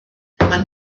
man